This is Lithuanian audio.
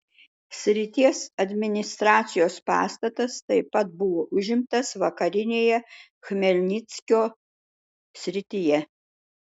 srities administracijos pastatas taip pat buvo užimtas vakarinėje chmelnyckio srityje